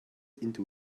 into